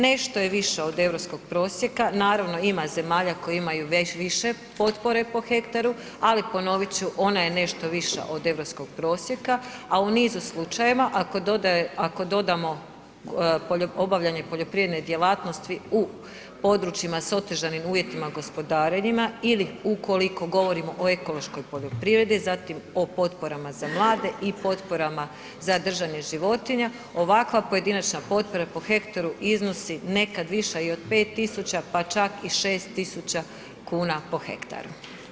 Nešto je više od EU prosjeka, naravno, ima zemalja koje imaju više potpore po hektaru, ali ona je nešto viša od EU prosjeka, a u nizu slučajeva, ako dodamo obavljanje poljoprivredne djelatnosti u područjima s otežanim uvjetima gospodarenjima ili ukoliko govorimo o ekološkoj poljoprivredi, zatim o potporama za mlade i potporama za držanje životinja, ovakva pojedinačna potpora po hektaru iznosi nekad viša i od 5 tisuća, pa čak i 6 tisuća kuna po hektaru.